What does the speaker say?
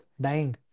dying